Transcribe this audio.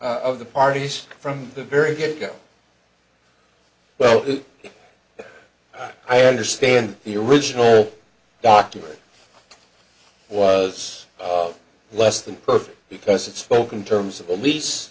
of the parties from the very get go well i understand the original document was less than perfect because it's spoken terms of the lease